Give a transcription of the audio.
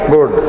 Good